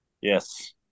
Yes